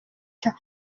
cya